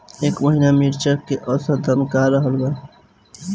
एह महीना मिर्चा के औसत दाम का रहल बा?